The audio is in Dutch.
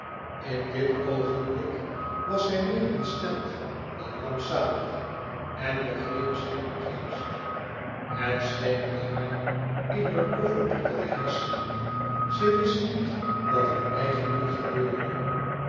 in dit oogenblik was zij meer ontsteld dan rampzalig en begreep zij niet juist het schemerde haar in heur overprikkelde hersenen ze wist niet wat er eigenlijk gebeurde